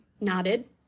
nodded